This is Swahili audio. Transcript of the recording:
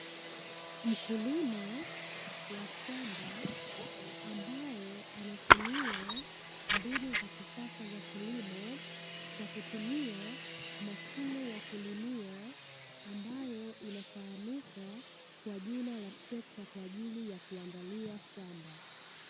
Mkulima wa shamba ambaye anatumia mbinu za kisasa za kilimo, kwa kutumia mashine ya kulimia ambayo inafahamika kwa jina la trekta kwa ajili ya kuandalia shamba.